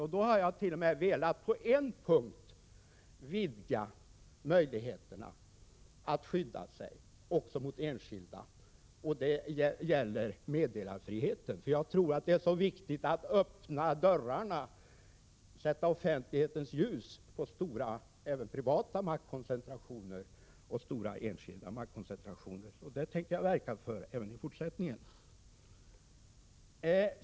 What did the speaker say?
På en punkt har jag t.o.m. velat vidga möjligheterna att skydda sig också mot enskilda. Det gäller meddelarfriheten. Det är viktigt att öppna dörrarna och sätta offentlighetens ljus på stora, även privata, maktkoncentrationer och stora enskilda maktkoncentrationer. Det tänker jag verka för även i fortsättningen.